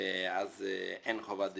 ואז אין חובת דיווח.